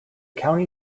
county